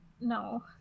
No